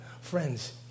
Friends